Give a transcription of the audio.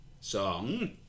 song